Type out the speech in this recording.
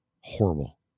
horrible